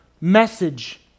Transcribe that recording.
message